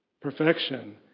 perfection